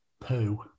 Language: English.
poo